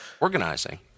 Organizing